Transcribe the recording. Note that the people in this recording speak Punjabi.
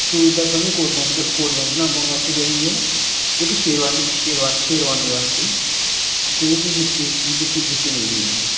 ਸ਼ੂਜ਼ ਤਾਂ ਜੀ ਕੋਟ ਪੈਂਟ ਕੋਟ ਪੈਂਟ ਨਾਲ ਪਾਉਣ ਵਾਸਤੇ ਚਾਹੀਦੇ ਆ ਇੱਕ ਸ਼ੇਰਵਾਨੀ ਵਾਸਤੇ ਕੋਈ ਜੁੱਤੀ ਜੁੱਤੀ ਮਿਲ ਜਵੇ ਜੀ